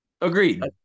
Agreed